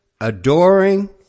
adoring